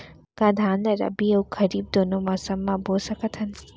का धान ला रबि अऊ खरीफ दूनो मौसम मा बो सकत हन?